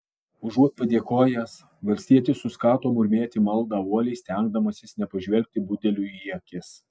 užuot padėkojęs valstietis suskato murmėti maldą uoliai stengdamasis nepažvelgti budeliui į akis